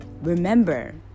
remember